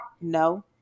No